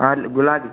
ಹಾಂ ಅಲ್ಲ ಗುಲಾಬಿ